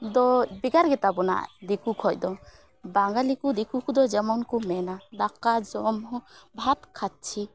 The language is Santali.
ᱫᱚ ᱵᱷᱮᱜᱟᱨ ᱜᱮᱛᱟᱵᱚᱱᱟ ᱫᱤᱠᱩ ᱠᱷᱚᱱᱫᱚ ᱵᱟᱸᱜᱟᱞᱤᱠᱚ ᱫᱤᱠᱩ ᱠᱚᱫᱚ ᱡᱮᱢᱚᱱᱠᱚ ᱢᱮᱱᱟ ᱫᱟᱠᱟ ᱡᱚᱢᱦᱚᱸ ᱵᱷᱟᱛ ᱠᱷᱪᱪᱷᱤ